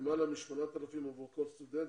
למעלה מ-8,000 עבור כל סטודנט,